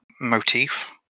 motif